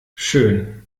schön